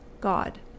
God